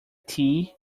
tea